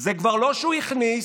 זה כבר לא שהוא הכניס